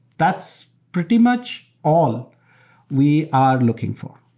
that's pretty much all we are looking for.